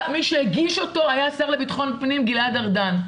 מי שהגיש אותו היה שר הפנים גלעד ארדן,